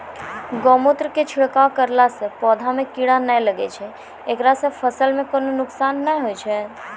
गोमुत्र के छिड़काव करला से पौधा मे कीड़ा नैय लागै छै ऐकरा से फसल मे कोनो नुकसान नैय होय छै?